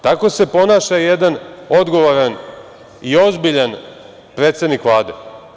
Tako se ponaša jedan odgovoran i ozbiljan predsednik Vlade.